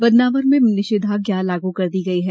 बदनावर में निषेधाज्ञा लागू कर दी गई है